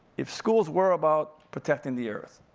if schools were about protecting the earth.